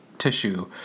tissue